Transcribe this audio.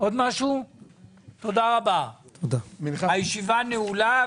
תודה רבה, הישיבה נעולה.